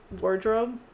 wardrobe